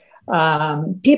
People